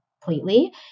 Completely